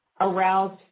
aroused